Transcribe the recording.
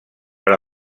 per